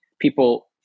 people